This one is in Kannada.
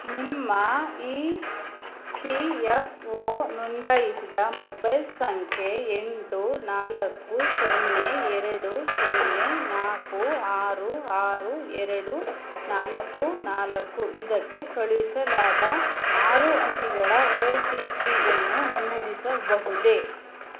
ನಿಮ್ಮ ಇ ಪಿ ಎಫ್ ಒ ನೊಂದಾಯಿಸಿದ ಮೊಬೈಲ್ ಸಂಖ್ಯೆ ಎಂಟು ನಾಲ್ಕು ಸೊನ್ನೆ ಎರಡು ಸೊನ್ನೆ ನಾಲ್ಕು ಆರು ಆರು ಎರಡು ನಾಲ್ಕು ನಾಲ್ಕು ಇದಕ್ಕೆ ಕಳುಹಿಸಲಾದ ಆರು ಅಂಕಿಗಳ ಓ ಟಿ ಪಿಯನ್ನು ನಮೂದಿಸಬಹುದೆ